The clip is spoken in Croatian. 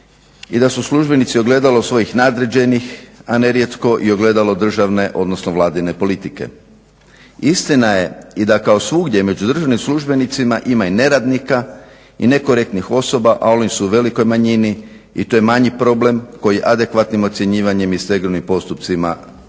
i da su službenici ogledalo svojih nadređenih, a nerijetko i ogledalo državne odnosno vladine politike. Istina je i da kao svugdje među državnim službenicima ima i neradnika i nekorektnih osoba, ali su u velikoj manjini i to je manji problem koji se adekvatnim ocjenjivanjem i stegovnim postupcima riješi.